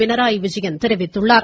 பினராயி விஜயன் தெரிவித்துள்ளார்